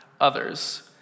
others